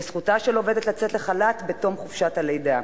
וזכותה של עובדת לצאת לחל"ת בתום חופשת הלידה,